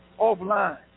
offline